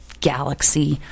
galaxy